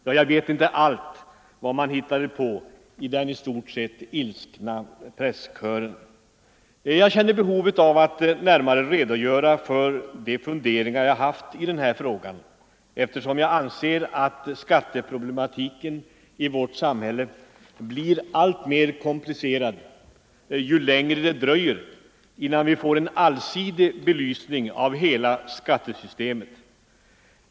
Ja, jag vet inte allt vad man hittade på i den i stort sett ilskna presskören. Jag känner behov av att närmare redogöra för de funderingar jag haft i den här frågan, eftersom jag anser att skatteproblematiken i vårt samhälle blir alltmer komplicerad ju längre det dröjer innan vi får en allsidig belysning av hela skattesystemet.